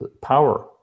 power